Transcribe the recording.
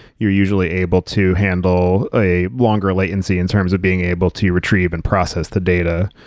you're usually able to handle a longer latency in terms of being able to retrieve and process the data.